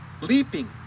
leaping